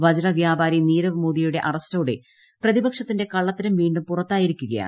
വജ്ര വ്യാപാരി നീരവ് മോദിയുടെ അക്ക്സ്റ്റോടെ പ്രതിപക്ഷത്തിന്റെ കള്ളത്തരം വീണ്ടും പുറത്തൂർയിരിക്കുകയാണ്